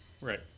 Right